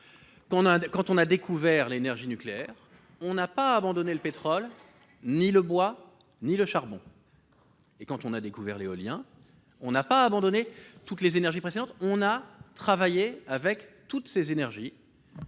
Quand on a découvert l'énergie nucléaire, on n'a abandonné ni le pétrole, ni le bois, ni le charbon. Quand on a découvert l'éolien, on n'a pas abandonné toutes les énergies précédentes. On a travaillé avec l'ensemble de ces énergies